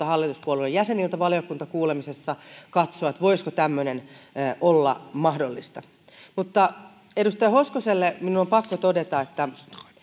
hallituspuolueiden jäseniltä valiokuntakuulemisessa rohkeutta katsoa voisiko tämmöinen olla mahdollista edustaja hoskoselle minun on pakko todeta että